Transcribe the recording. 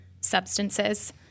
substances